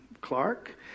Clark